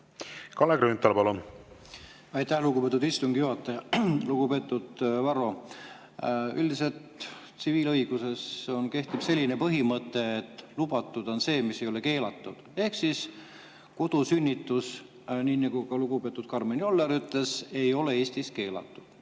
Kalle Grünthal, palun! Aitäh, lugupeetud istungi juhataja! Lugupeetud Varro! Üldiselt tsiviilõiguses kehtib selline põhimõte, et lubatud on see, mis ei ole keelatud, ehk siis kodusünnitus, nii nagu ka lugupeetud Karmen Joller ütles, ei ole Eestis keelatud.